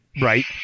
right